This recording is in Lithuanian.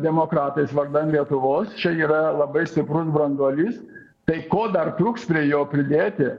demokratais vardan lietuvos čia yra labai stiprus branduolys tai ko dar trūks prie jo pridėti